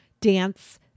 Dance